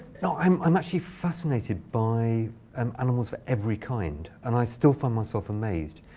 no, i'm i'm actually fascinated by um animals of every kind. and i still find myself amazed.